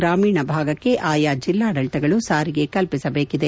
ಗ್ರಾಮೀಣ ಭಾಗಕ್ಕೆ ಆಯಾ ಜಿಲ್ಲಾಡಳತಗಳು ಸಾರಿಗೆ ಕಲ್ಪಿಸಬೇಕಿದೆ